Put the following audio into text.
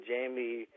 Jamie